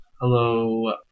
Hello